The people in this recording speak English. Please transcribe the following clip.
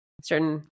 certain